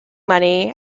money